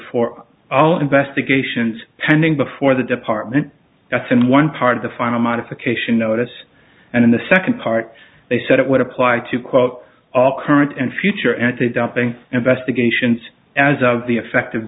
for all investigations pending before the department that's in one part of the final modification notice and in the second part they said it would apply to quote all current and future antidoping investigations as of the effect